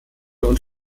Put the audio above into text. und